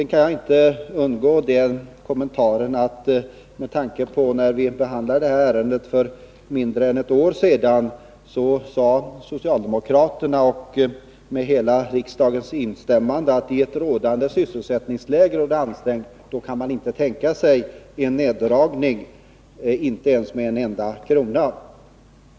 Jag kan inte låta bli att göra kommentaren att när vi behandlade detta ärende för mindre än ett år sedan sade socialdemokraterna med hela riksdagens instämmande att man i ett ansträngt sysselsättningsläge inte kan tänka sig en neddragning av äldrestödet.